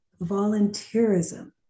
volunteerism